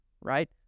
right